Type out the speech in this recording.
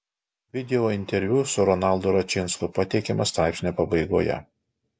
video interviu su ronaldu račinsku pateikiamas straipsnio pabaigoje